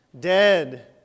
Dead